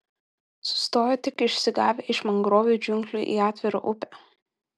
sustojo tik išsigavę iš mangrovių džiunglių į atvirą upę